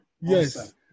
Yes